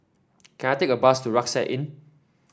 can I take a bus to Rucksack Inn